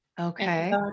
Okay